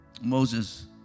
Moses